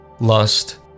lust